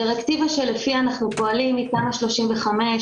הדירקטיבה לפיה אנחנו פועלים היא תמ"א 35,